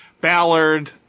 Ballard